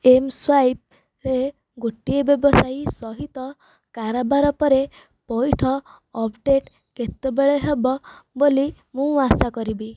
ଏମ୍ସ୍ୱାଇପ୍ରେ ଗୋଟିଏ ବ୍ୟବସାୟୀ ସହିତ କାରବାର ପରେ ପଇଠ ଅପଡେଟ କେତେବେଳେ ହେବ ବୋଲି ମୁଁ ଆଶା କରିବି